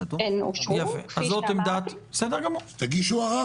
הן אושרו, כפי שאמרתי --- אז תגישו ערר.